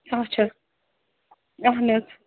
اَچھا اَہن حظ